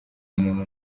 muntu